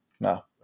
no